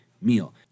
meal